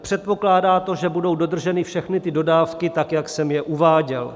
Předpokládá to, že budou dodrženy všechny dodávky tak, jak jsem je uváděl.